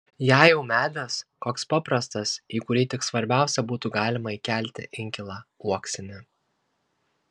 jei jau medis koks paprastas į kurį tik svarbiausia būtų galima įkelti inkilą uoksinį